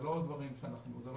זה לא דבר מסווג.